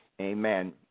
Amen